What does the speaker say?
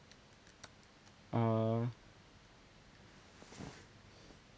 uh